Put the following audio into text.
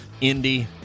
Indy